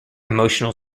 emotional